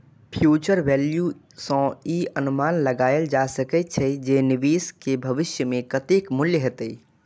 future value सं ई अनुमान लगाएल जा सकै छै, जे निवेश के भविष्य मे कतेक मूल्य हेतै